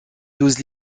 douze